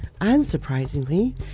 unsurprisingly